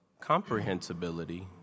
comprehensibility